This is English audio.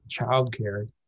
childcare